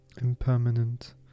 impermanent